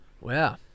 Wow